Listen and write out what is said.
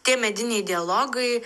tie mediniai dialogai